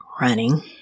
running